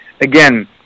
again